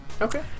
Okay